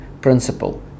principle